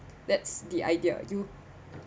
that's the idea you